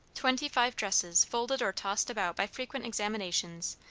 twenty-five dresses, folded or tossed about by frequent examinations,